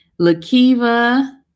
LaKiva